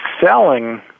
selling